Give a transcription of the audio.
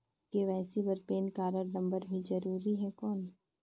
KYC बर PAN card number भी जरूरी हे कौन?